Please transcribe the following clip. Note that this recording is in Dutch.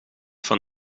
van